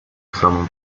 самым